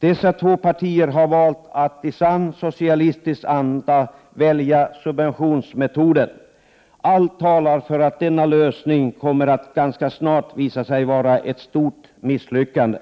Dessa två partier har i sant socialistisk anda valt subventionsmetoden. Allt talar för att denna lösning ganska snart visar sig bli ett stort misslyckande.